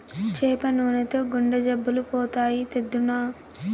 చేప నూనెతో గుండె జబ్బులు పోతాయి, తెద్దునా